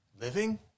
Living